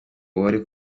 uwari